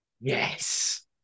yes